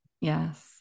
Yes